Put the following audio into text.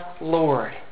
Lord